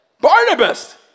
Barnabas